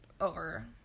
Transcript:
over